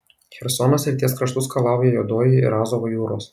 chersono srities kraštus skalauja juodoji ir azovo jūros